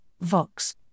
Vox